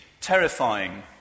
terrifying